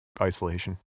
isolation